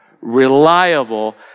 reliable